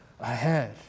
ahead